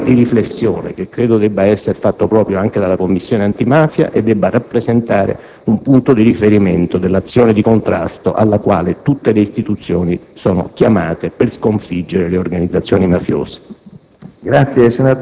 questo tema di riflessione che credo debba essere fatto proprio anche dalla Commissione antimafia e debba rappresentare un punto di riferimento dell'azione di contrasto alla quale tutte le istituzioni sono chiamate per sconfiggere le organizzazioni mafiose.